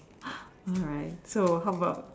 alright so how about